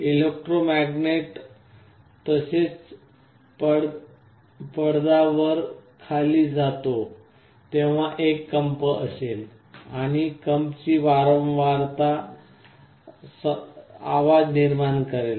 electromagnet तसेच पडदा वर आणि खाली जातो तेव्हा एक कंप असेल आणि कंपची वारंवारिता आवाज निर्माण करेल